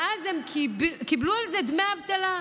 ואז הן קיבלו על זה דמי אבטלה.